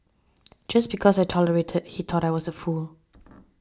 just because I tolerated he thought I was a fool